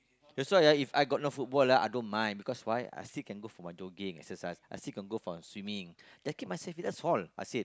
that's why ah If I got no football ah I don't mind because why I still can go for my jogging exercise I still can go for my swimming just keep myself fit that's all I said